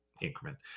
increment